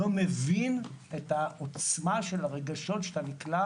לא מבין את העוצמה של הרגשות כשאתה נקלע